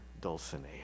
Dulcinea